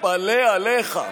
מתפלא עליך.